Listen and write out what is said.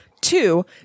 Two